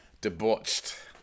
Debauched